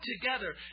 together